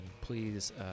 please